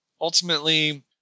ultimately